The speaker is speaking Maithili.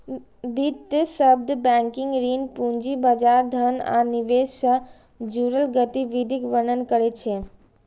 वित्त शब्द बैंकिंग, ऋण, पूंजी बाजार, धन आ निवेश सं जुड़ल गतिविधिक वर्णन करै छै